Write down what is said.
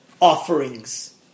offerings